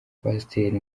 pasiteri